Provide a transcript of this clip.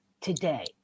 today